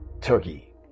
turkey